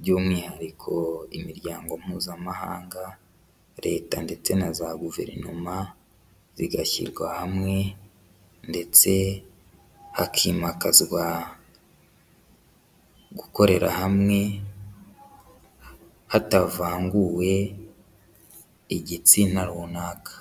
by'umwihariko imiryango Mpuzamahanga, Leta ndetse na za Guverinoma, rigashyirwa hamwe ndetse hakimakazwa gukorera hamwe, hatavanguwe igitsina runaka.